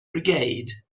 brigade